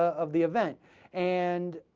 of the event and